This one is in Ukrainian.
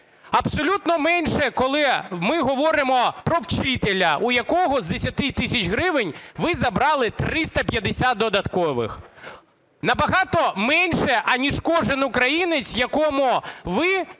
Абсолютно менше, коли ми говоримо про вчителя, у якого з 10 тисяч гривень ви забрали 350 додаткових. Набагато менше, аніж кожен українець, якому ви